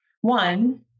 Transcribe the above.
One